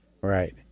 Right